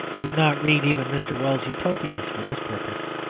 do not read even mr. wells's utopias for this purpose,